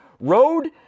road –